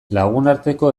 lagunarteko